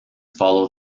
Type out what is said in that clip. follow